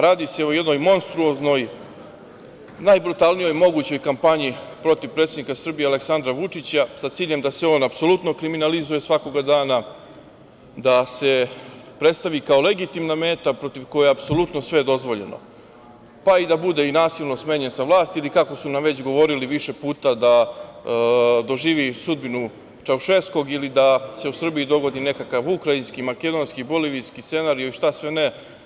Radi se o jednoj monstruoznoj, najbrutalnijoj mogućoj kampanji protiv predsednika Srbije Aleksandra Vučića, a sa ciljem da se on apsolutno kriminalizuje svakog dana, da se predstavi kao legitimna meta protiv koje je apsolutno sve dozvoljeno, pa i da bude nasilno smenjen sa vlasti ili kako su nam već govorili više puta da doživi sudbinu Čaušeskog ili da se u Srbiji dogodi nekakav ukrajinski, makedonski, bolivijski scenario i šta sve ne.